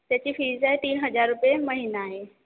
त्याची फीज आहे तीन हजार रुपये महिना आहे